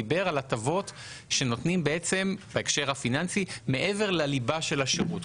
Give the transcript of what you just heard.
דיבר על הטבות שנותנים בהקשר הפיננסי מעבר לליבה של השירות.